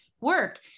work